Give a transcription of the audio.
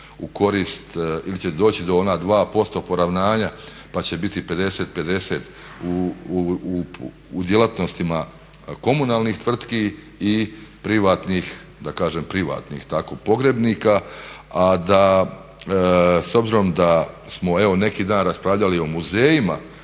u korist ili će doći do onda 2% poravnanja pa će biti 50:50 u djelatnostima komunalnih tvrtki i privatnih, da kažem tako privatnih pogrebnika. A da, s obzirom da smo evo neki dan raspravljali o muzejima